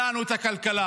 הנענו את הכלכלה.